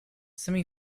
semi